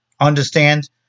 Understand